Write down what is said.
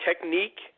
technique